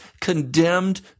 condemned